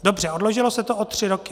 Dobře, odložilo se to o tři roky.